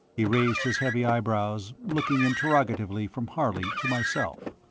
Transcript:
he raised his heavy eyebrows, looking interrogatively from harley to myself.